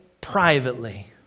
privately